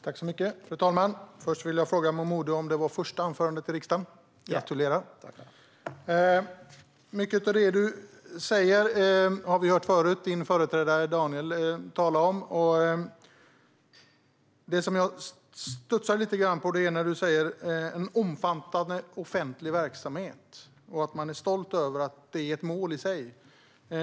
Fru talman! Först vill jag fråga Momodou Jallow om det var hans första anförande i riksdagen. Jag gratulerar. Mycket av det som du säger, Momodou Jallow, har vi tidigare hört din företrädare tala om. Jag studsade lite när du talade om en omfattande offentlig verksamhet och att man är stolt över att det är ett mål i sig.